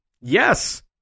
Yes